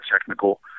technical